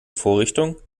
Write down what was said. vorrichtung